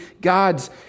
God's